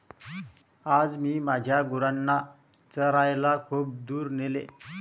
आज मी माझ्या गुरांना चरायला खूप दूर नेले